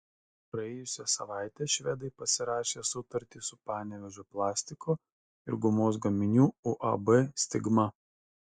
praėjusią savaitę švedai pasirašė sutartį su panevėžio plastiko ir gumos gaminių uab stigma